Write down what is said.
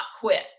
quit